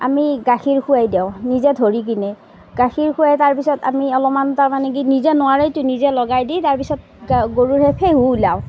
আমি গাখীৰ খুৱাই দিওঁ নিজে ধৰি কিনে গাখীৰ খুৱাই তাৰপিছত আমি অলপমান তাৰমানে কি নিজে নোৱাৰেতো নিজে লগাই দি তাৰপিছত গৰুৰ সেই ফেহু উলিয়াওঁ